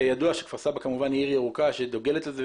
וידוע שכפר סבא כמובן היא עיר ירוקה שדוגלת לזה,